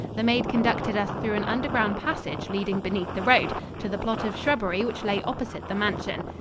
the maid conducted us through an underground passage leading beneath the road, to the plot of shrubbery which lay opposite the mansion.